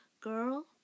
girl